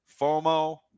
FOMO